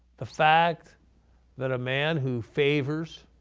the fact that a man who favors